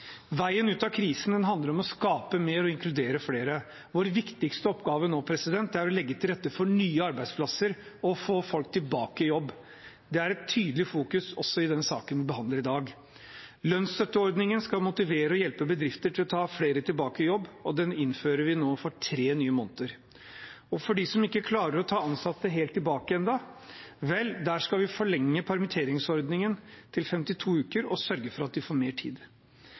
Veien ut av krisen handler om å skape mer og inkludere flere. Vår viktigste oppgave nå er å legge til rette for nye arbeidsplasser og å få folk tilbake i jobb. Det er et tydelig fokus i den saken vi behandler i dag. Lønnsstøtteordningen skal motivere og hjelpe bedrifter til å ta flere tilbake i jobb, og den innfører vi nå for tre nye måneder. For dem som ikke klarer å ta ansatte helt tilbake ennå, skal vi forlenge permitteringsordningen til 52 uker og sørge for at de får mer tid.